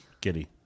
Giddy